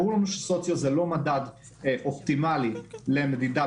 ברור לנו שסוציו זה לא מדד אופטימאלי למדידה,